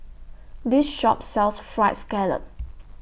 This Shop sells Fried Scallop